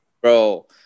bro